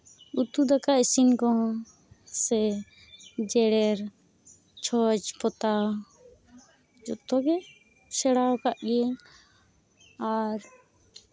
ᱩᱛᱩ ᱫᱟᱠᱟ ᱤᱥᱤᱱ ᱠᱚᱦᱚ ᱥᱮ ᱡᱮᱨᱮᱲ ᱪᱷᱚᱸᱪ ᱯᱚᱛᱟᱣ ᱡᱚᱛᱚ ᱜᱮ ᱥᱮᱬᱟᱣ ᱠᱟᱜ ᱜᱤᱭᱟᱹᱧ ᱟᱨ